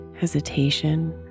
hesitation